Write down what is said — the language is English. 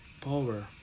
power